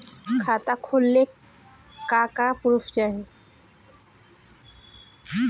खाता खोलले का का प्रूफ चाही?